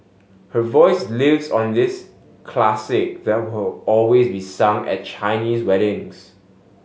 her voice lives on this classic that will always be sung at Chinese weddings